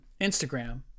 Instagram